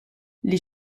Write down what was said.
les